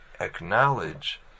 acknowledge